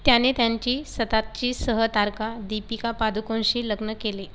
त्याने त्यांची सततची सहतारका दीपिका पादुकोनशी लग्न केले